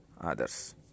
others